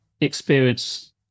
experience